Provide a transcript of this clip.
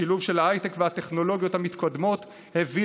השילוב של ההייטק והטכנולוגיות המתקדמות הביא